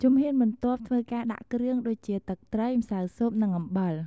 ជំហានបន្ទាប់ធ្វើការដាក់គ្រឿង ដូចជា ទឹកត្រី ម្សៅស៊ុប នឹងអំបិល។